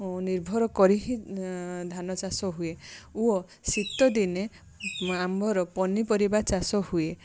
ନିର୍ଭର କରି ହିଁ ଧାନ ଚାଷ ହୁଏ ଓ ଶୀତ ଦିନେ ଆମର ପନିପରିବା ଚାଷ ହୁଏ